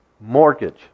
mortgage